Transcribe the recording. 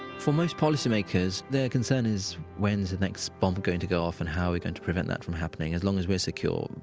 for most policy makers, their concern is when's the next bomb going to go off and how we're going to prevent that from happening. as long as we're secure,